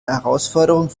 herausforderung